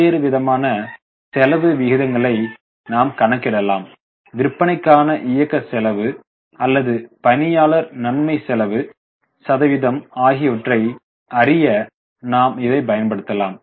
பல்வேறு விதமான செலவு விகிதங்களை நாம் கணக்கிடலாம் விற்பனைக்கான இயக்க செலவு அல்லது பணியாளர் நன்மை செலவு சதவீதம் ஆகியவற்றை அறிய நாம் இதை பயன்படுத்தலாம்